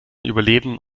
überleben